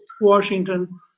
Washington